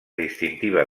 distintiva